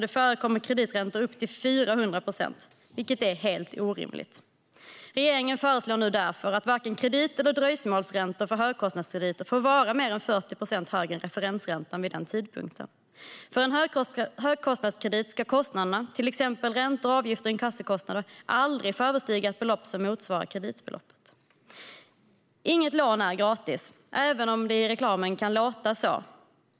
Det förekommer krediträntor på upp till 400 procent, vilket är helt orimligt. Regeringen föreslår nu därför att varken kredit eller dröjsmålsräntor för högkostnadskrediter får vara mer än 40 procentenheter högre än referensräntan vid den tidpunkten. För en högkostnadskredit ska kostnaderna, till exempel räntor, avgifter och inkassokostnader, aldrig få överstiga ett belopp som motsvarar kreditbeloppet. Inget lån är gratis, även om det i reklamen kan låta så.